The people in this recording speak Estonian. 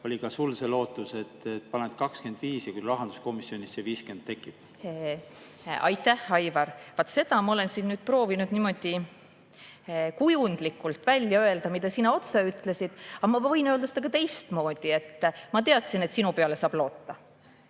oli ka sul see lootus, et paned 25 ja küll rahanduskomisjonis see 50 tekib? Aitäh, Aivar! Vaat seda ma olengi siin nüüd proovinud niimoodi kujundlikult välja öelda, mida sina otse ütlesid. Aga ma võin öelda ka teistmoodi: ma teadsin, et sinu peale saab loota.